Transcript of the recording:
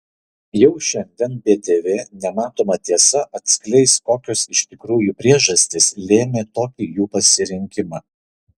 jau šiandien btv nematoma tiesa atskleis kokios iš tikrųjų priežastys lėmė tokį jų pasirinkimą